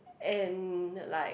and like